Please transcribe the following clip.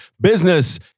business